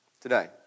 today